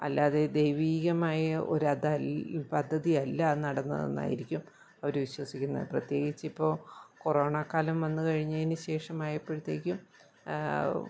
അല്ലാതെ ദൈവികമായ ഒരതല്ല പദ്ധതിയല്ല നടന്നതെന്നായിരിക്കും അവർ വിശ്വസിക്കുന്നത് പ്രത്യേകിച്ചിപ്പോൾ കൊറോണ കാലം വന്നുകഴിഞ്ഞതിനു ശേഷമായപ്പോഴത്തേക്കും